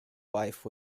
wife